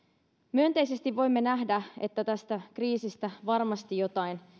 myönteisesti voimme nähdä että tästä kriisistä varmasti jotain